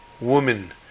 woman